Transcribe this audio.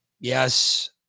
Yes